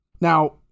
Now